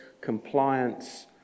compliance